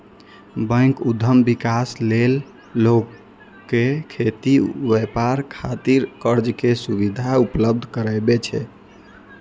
bank उद्यम विकास लेल लोक कें खेती, व्यापार खातिर कर्ज के सुविधा उपलब्ध करबै छै